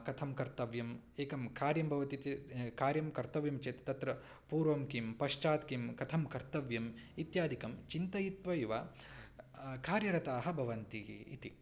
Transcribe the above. कथं कर्तव्यम् एकं कार्यं भवति चेत् कार्यं कर्तव्यं चेत् तत्र पूर्वं किं पश्चात् किं कथं कर्तव्यम् इत्यादिकं चिन्तयित्वा एव कार्यरताः भवन्तिः इति